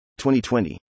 2020